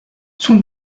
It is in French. son